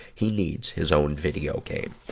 he needs his own video game.